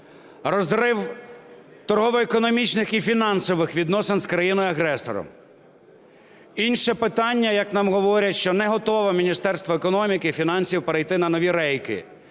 розрив торгово-економічних і фінансових відносин з країною-агресором. Інше питання, як нам говорять, що неготове Міністерство економіки і фінансів перейти на нові рейки.